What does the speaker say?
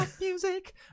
music